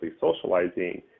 socializing